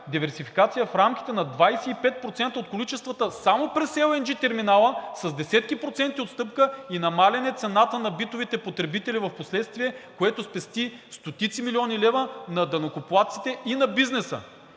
диверсификация в рамките на 25% от количествата само през LNG терминала, с десетки проценти отстъпка и намаляване цената на битовите потребители впоследствие, което спести стотици милиони левове на данъкоплатците и на бизнеса.